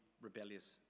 rebellious